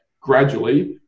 gradually